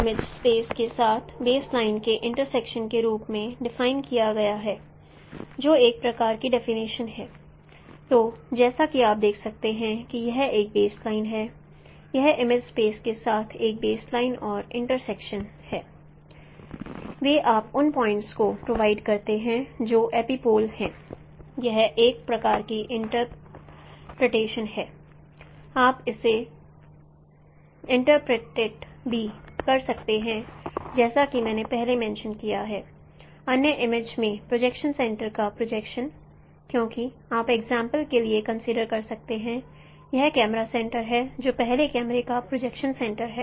यह एक प्रकार की इंटरप्रिटेशन है या आप इसे इंटरप्रिटेट भी कर सकते हैं जैसा कि मैंने पहले मेंशं किया है अन्य इमेज में प्रोजेक्शन सेंटर का प्रोजेक्शन क्योंकि आप एग्जाम्पल के लिए कंसीडर कर सकते हैं यह कैमरा सेंटर है जो पहले कैमरे का प्रोजेक्शन सेंटर है